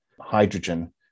hydrogen